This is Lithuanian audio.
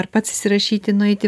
ar pats įsirašyti nueiti